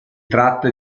tratta